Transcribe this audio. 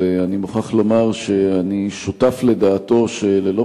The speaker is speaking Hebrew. אבל אני מוכרח לומר שאני שותף לדעתו שללא